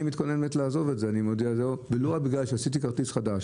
אני מתכוון לעזוב את זה בגלל שעשיתי כרטיס חדש